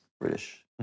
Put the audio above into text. British